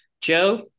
Joe